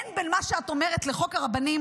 אין בין מה שאת אומרת לחוק הרבנים,